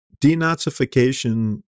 denazification